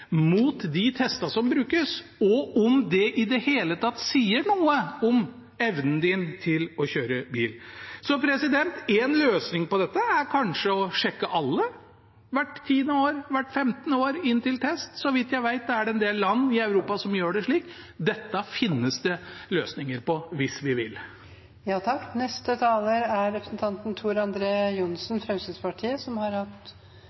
mot de testene som brukes, om de i det hele tatt sier noe om evnen til å kjøre bil. Én løsning på dette er kanskje å ha alle inn til test – sjekke alle – hvert tiende eller femtende år. Så vidt jeg vet, er det en del land i Europa som gjør det slik. Dette finnes det løsninger på hvis vi vil.